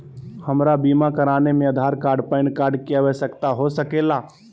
हमरा बीमा कराने में आधार कार्ड पैन कार्ड की आवश्यकता हो सके ला?